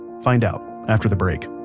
find out after the break